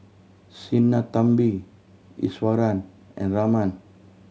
Sinnathamby Iswaran and Raman